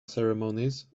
ceremonies